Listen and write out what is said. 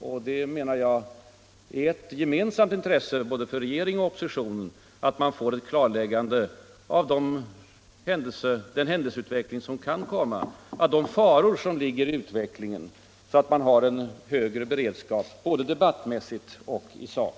Det är, menar jag, av gemensamt intresse för både regering och opposition att söka klarlägga händelseutvecklingen och de faror som ligger däri. Vi behöver en högre beredskap både debattmässigt och i sak.